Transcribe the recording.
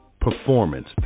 Performance